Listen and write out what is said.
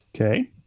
Okay